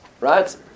Right